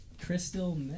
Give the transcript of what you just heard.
Crystal